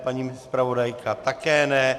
Paní zpravodajka také ne.